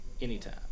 anytime